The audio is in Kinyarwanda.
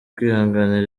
kwihanganira